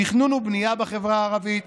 תכנון ובנייה בחברה הערבית,